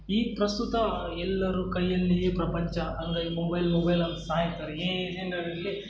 ಈ ಪ್ರಸ್ತುತ ಎಲ್ಲರ ಕೈಯಲ್ಲಿಯೆ ಪ್ರಪಂಚ ಅಂಗೈ ಮೊಬೈಲ್ ಮೊಬೈಲ್ ಅಂದು ಸಾಯ್ತಾರೆ ಏನು ಏನಾದ್ರು ಇರಲಿ